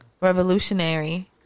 revolutionary